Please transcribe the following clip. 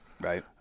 Right